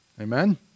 Amen